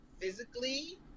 physically